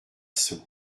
sceaux